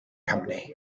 company